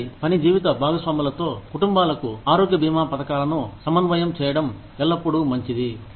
ఇద్దరి పని జీవిత భాగస్వాములతో కుటుంబాలకు ఆరోగ్య బీమా పథకాలను సమన్వయం చేయడం ఎల్లప్పుడూ మంచిది